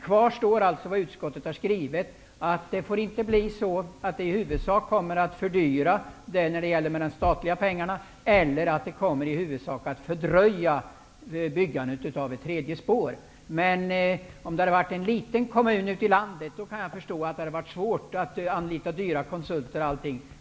Kvar står dock utskottets skrivning, nämligen att det i huvudsak inte får bli någon fördyring när det gäller de statliga pengarna eller att byggandet av ett tredje spår fördröjs. Om det hade varit fråga om en liten kommun ute i landet, hade jag kunnat förstå att det hade varit svårt att anlita dyra konsulter.